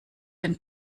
den